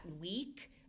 week